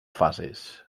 fases